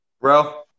Bro